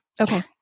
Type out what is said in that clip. Okay